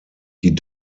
die